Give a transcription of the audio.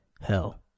Hell